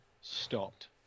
stopped